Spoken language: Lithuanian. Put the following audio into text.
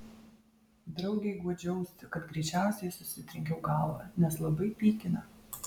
draugei guodžiausi kad greičiausiai susitrenkiau galvą nes labai pykina